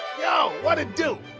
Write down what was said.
yo what it do?